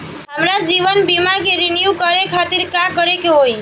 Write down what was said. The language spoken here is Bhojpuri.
हमार जीवन बीमा के रिन्यू करे खातिर का करे के होई?